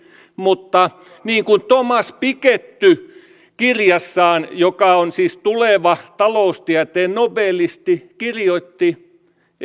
mutta niin kuin thomas piketty joka on siis tuleva taloustieteen nobelisti kirjassaan kirjoitti